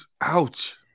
Ouch